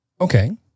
Okay